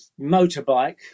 motorbike